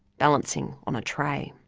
balancing on a tray.